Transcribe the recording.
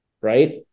right